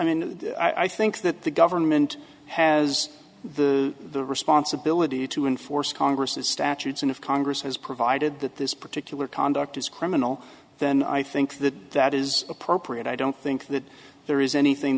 mean i think that the government has the responsibility to enforce congress's statutes and if congress has provided that this particular conduct is criminal then i think that that is appropriate i don't think that there is anything